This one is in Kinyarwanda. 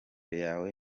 yawe